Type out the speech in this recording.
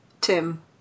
Tim